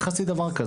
איך עשית דבר כזה?